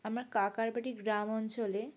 আমার কাকার বাড়ির গ্রাম অঞ্চলে